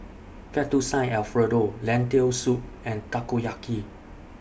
Fettuccine Alfredo Lentil Soup and Takoyaki